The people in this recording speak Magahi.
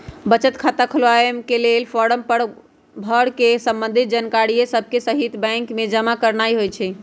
बचत खता खोलबाके लेल फारम भर कऽ संबंधित जानकारिय सभके सहिते बैंक में जमा करनाइ होइ छइ